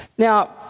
Now